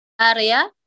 area